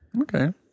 Okay